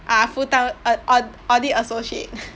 ah full time uh au~ audit associate